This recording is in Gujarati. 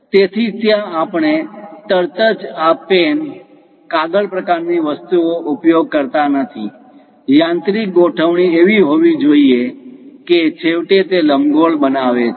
તેથી ત્યાં આપણે તરત જ આ પેન કાગળ પ્રકારની વસ્તુનો ઉપયોગ કરતા નથી યાંત્રિક ગોઠવણી એવી રીતે હોવી જોઈએ કે છેવટે તે લંબગોળ બનાવે છે